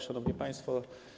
Szanowni Państwo!